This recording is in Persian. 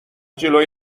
جلوی